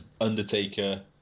Undertaker